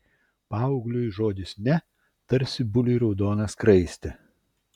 paaugliui žodis ne tarsi buliui raudona skraistė